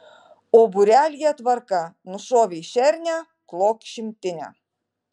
o būrelyje tvarka nušovei šernę klok šimtinę